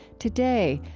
today,